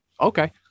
Okay